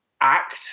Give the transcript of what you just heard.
act